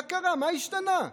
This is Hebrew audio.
מה קרה, מה השתנה?